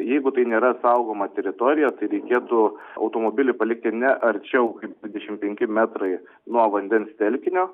jeigu tai nėra saugoma teritorija tai reikėtų automobilį palikti ne arčiau kaip dvidešim penki metrai nuo vandens telkinio